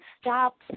stop